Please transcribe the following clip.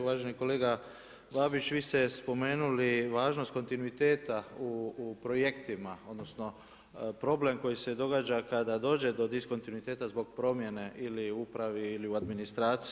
Uvaženi kolega Babić, vi ste spomenuli važnost kontinuiteta u projektima, odnosno problem koji se događa kada dođe do diskontinuiteta zbog promjene ili u upravi ili u administraciji.